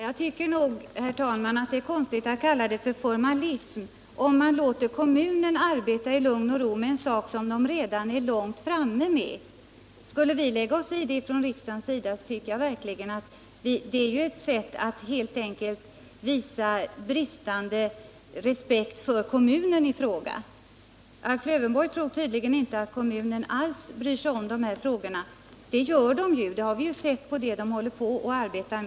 Herr talman! Det är konstigt att kalla det för formalism om man låter kommunen i lugn och ro arbeta med en sak som den redan har hunnit långt med. Det vore att visa bristande respekt för kommunen i fråga om riksdagen lade sig i det arbetet. Alf Lövenborg tror tydligen att kommunen inte alls bryr sig om dessa frågor, men det gör den, vilket också framgår av det arbete som pågår.